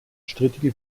strittige